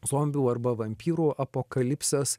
zombių arba vampyrų apokalipses